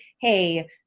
hey